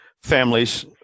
families